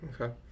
Okay